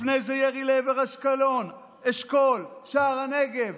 לפני זה ירי לעבר אשקלון, אשכול, שער הנגב.